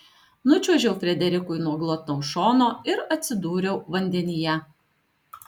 nučiuožiau frederikui nuo glotnaus šono ir atsidūriau vandenyje